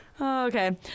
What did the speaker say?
Okay